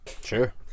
Sure